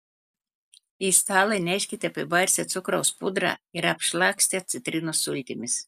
į stalą neškite apibarstę cukraus pudrą ir apšlakstę citrinos sultimis